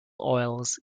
oils